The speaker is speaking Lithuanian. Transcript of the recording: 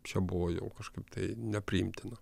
čia buvo jau kažkaip tai nepriimtina